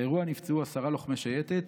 באירוע נפצעו עשרה לוחמי שייטת,